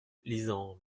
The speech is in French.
lisant